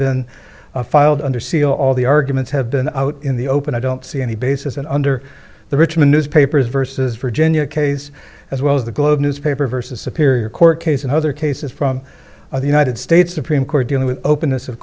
been filed under seal all the arguments have been out in the open i don't see any basis and under the richmond newspapers versus virginia case as well as the globe newspaper versus a period court case and other cases from the united states supreme court dealing with openness of